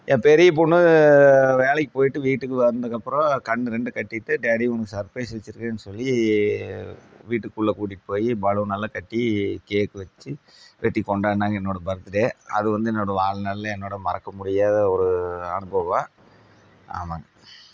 என் பெரிய பொண்ணு வேலைக்கு போயிட்டு வீட்டுக்கு வந்ததுக்கு அப்புறம் கண்ணு ரெண்டு கட்டிவிட்டு டாடி உங்களுக்கு சப்ரைஸ் வச்சிருக்கன்னு சொல்லி வீட்டு குள்ளே கூட்டிகிட்டு போய் பலூன் எல்லா கட்டி கேக் வச்சு வெட்டி கொண்டாடுனாங்க என்னோட பர்த்டே அது வந்து என்னோட வாழ் நாள்ல என்னோட மறக்க முடியாத ஒரு அனுபவம் ஆமாம்ங்க